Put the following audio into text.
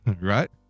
right